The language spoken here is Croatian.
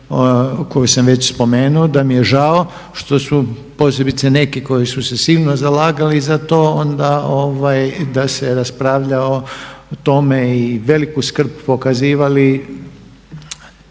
koju sam već spomenuo, da mi je žao što su posebice neki koji su se silno zalagali za to, da se raspravlja o tome i veliku skrb pokazivali,